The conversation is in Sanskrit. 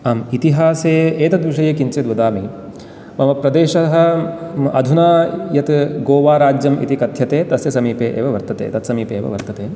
आम् इतिहासे एतद्विषये किञ्चित् वदामि मम प्रदेशः अधुना यत् गोवाराज्यम् इति कथ्यते तस्य समीपे एव वर्तते तत् समीपे एव वर्तते